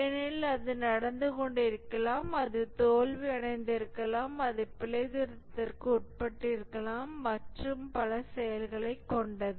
ஏனெனில் அது நடந்து கொண்டிருக்கலாம் அது தோல்வியடைந்திருக்கலாம் அது பிழைத்திருத்தத்திற்கு உட்பட்டிருக்கலாம் மற்றும் பல செயல்களை கொண்டது